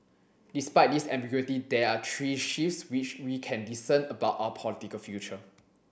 despite this ambiguity there are three shifts which we can discern about our political future